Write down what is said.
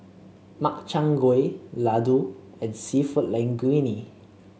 Makchang Gui Ladoo and seafood Linguine